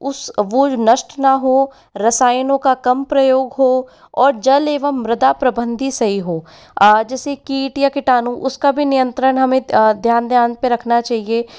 उस वो नष्ट न हो रसायनों का कम प्रयोग हो और जल एवं मृदा प्रबंधी सही हो जैसे किट या कीटाणु उसका भी नियंत्रण हमें ध्यान ध्यान पर रखना चाहिए